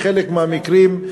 בחלק מהמקרים,